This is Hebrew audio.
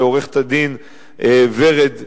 לעורכת-הדין ורד קירו,